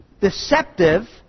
deceptive